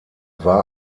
war